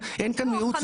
אין כאן מיעוט ורוב.